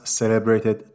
celebrated